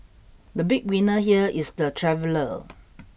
the big winner here is the traveller